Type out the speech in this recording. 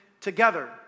together